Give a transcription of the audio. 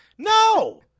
No